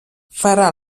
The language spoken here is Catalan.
farà